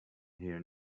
here